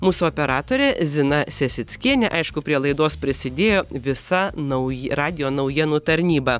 mūsų operatorė zina sesickienė aišku prie laidos prisidėjo visa nauj radijo naujienų tarnyba